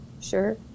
Sure